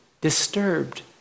disturbed